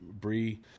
Bree